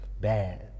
bad